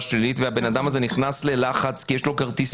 שלילית והבן אדם הזה נכנס ללחץ כי יש לו כרטיס,